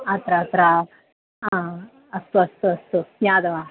अत्र अत्र ह अस्तु अस्तु अस्तु ज्ञातवान्